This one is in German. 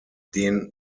den